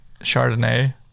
Chardonnay